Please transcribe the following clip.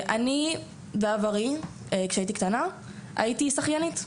אני בעברי כשהייתי קטנה הייתי שחיינית.